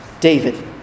David